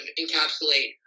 encapsulate